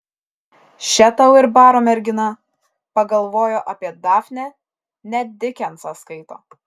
še tau ir baro mergina pagalvojo apie dafnę net dikensą skaito